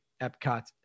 Epcot